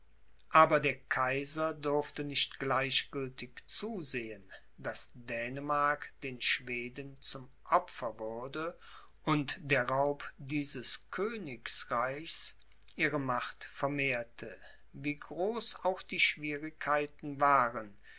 aber der kaiser durfte nicht gleichgültig zusehen daß dänemark den schweden zum opfer wurde und der raub dieses königsreichs ihre macht vermehrte wie groß auch die schwierigkeiten waren